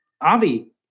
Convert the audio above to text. Avi